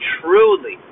truly